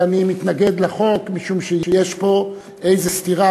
ואני מתנגד לחוק משום שיש פה איזו סתירה